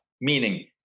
meaning